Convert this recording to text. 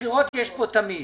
--- בחירות יש פה תמיד.